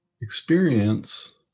experience